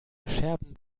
scherben